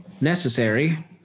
necessary